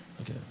Okay